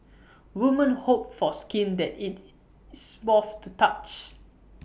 women hope for skin that is small to the touch